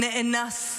נאנס,